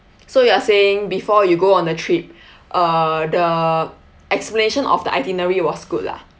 so you are saying before you go on the trip uh the explanation of the itinerary was good lah